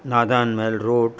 Naadaan Mahal road